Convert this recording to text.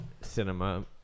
cinema